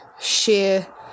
share